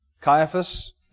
Caiaphas